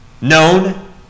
known